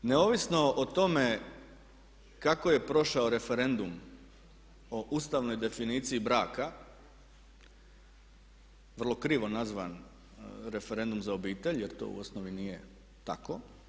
Neovisno o tome kako je prošao referendum o Ustavnoj definiciji braka, vrlo krivo nazvan referendum za obitelj jer to u osnovi nije tako.